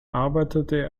arbeitete